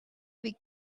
the